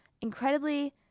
incredibly